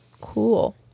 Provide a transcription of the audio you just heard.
cool